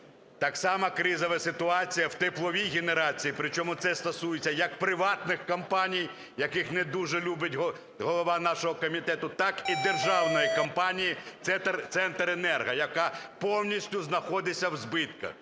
Так само кризова ситуація в тепловій генерації, причому це стосується як приватних компаній, які не дуже любить голова нашого комітету, так і державної компанії "Центренерго", яка повністю знаходиться в збитках.